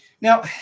Now